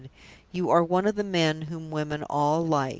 you are one of the men whom women all like.